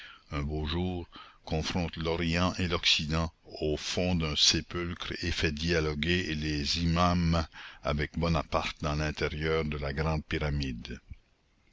un beau jour confronte l'orient et l'occident au fond d'un sépulcre et fait dialoguer les imans avec bonaparte dans l'intérieur de la grande pyramide